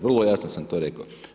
Vrlo jasno sam to rekao.